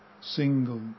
single